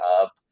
up